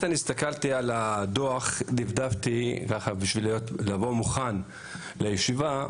הסתכלתי על הדוח ודפדפתי כדי לבוא מוכן לישיבה.